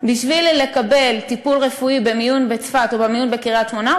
בשביל לקבל טיפול רפואי במיון בצפת או במיון בקריית-שמונה,